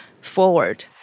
forward